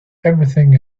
everything